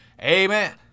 Amen